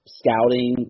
scouting